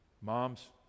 Moms